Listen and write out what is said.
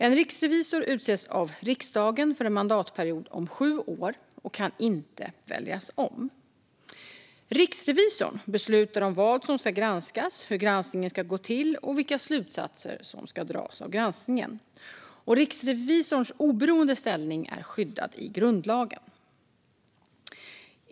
En riksrevisor utses av riksdagen för en mandatperiod om sju år och kan inte väljas om. Riksrevisorn beslutar om vad som ska granskas, hur granskningen ska gå till och vilka slutsatser som ska dras av granskningen. Riksrevisorns oberoende ställning är skyddad i grundlagen.